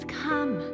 come